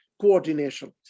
coordination